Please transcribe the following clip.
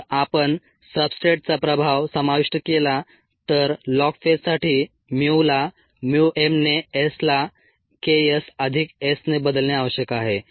जर आपण सब्सट्रेटचा प्रभाव समाविष्ट केला तर लॉग फेजसाठी mu ला mu m ने S ला K s अधिक S ने बदलणे आवश्यक आहे